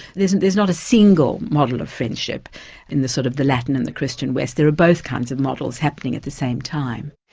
there's not a single model of friendship in the sort of the latin and the christian west, there are both kinds of models happening at the same time.